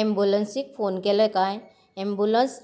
एम्बुलंसीक phone केले काय ambulance